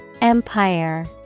Empire